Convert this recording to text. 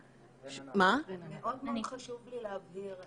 מאוד מאוד חשוב לי להבהיר,